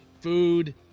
food